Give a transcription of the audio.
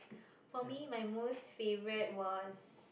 for me my most favorite was